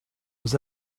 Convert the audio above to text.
was